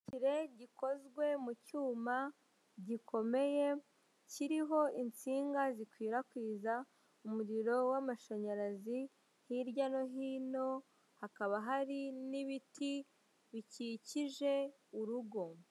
Igiti kirekire gikozwe mu cyuma gikomeye kiriho insinga zikwirakwiza umuriro w'amashanyarazi hirya no hino hakaba hari n'ibiti bikikije urugo.